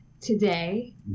today